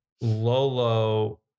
Lolo